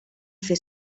fer